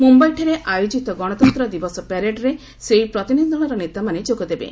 ମୁମ୍ଭାଇଠାରେ ଆୟୋଜିତ ଗଣତନ୍ତ୍ର ଦିବସ ପ୍ୟାରେଡ୍ରେ ସେହି ପ୍ରତିନିଧି ଦଳର ନେତାମାନେ ଯୋଗ ଦେବେ